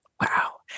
Wow